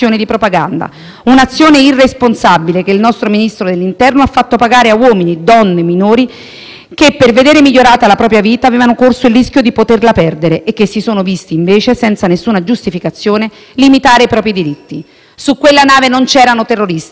che, per vedere migliorata la propria vita, avevano corso il rischio di poterla perdere e che, invece, si sono visti limitare, senza alcuna giustificazione, i propri diritti. Su quella nave non c'erano terroristi, né persone che avrebbero potuto mettere in pericolo l'incolumità pubblica; c'erano 177 persone disperate,